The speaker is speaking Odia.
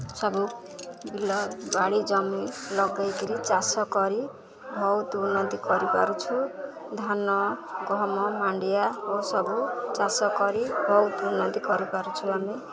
ସବୁ ବିଲ ବାଡ଼ି ଜମି ଲଗେଇକିରି ଚାଷ କରି ବହୁତ ଉନ୍ନତି କରିପାରୁଛୁ ଧାନ ଗହମ ମାଣ୍ଡିଆ ଓ ସବୁ ଚାଷ କରି ବହୁତ ଉନ୍ନତି କରିପାରୁଛୁ ଆମେ